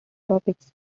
topics